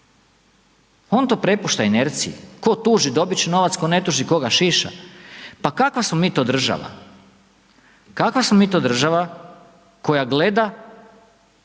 On to prepušta inerciji, tko tuži dobiti će novac, tko ne tuži tko ga šiša. Pa kakva smo mi to država? Kakva smo mi to država koja gleda